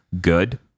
good